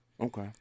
Okay